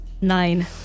Nine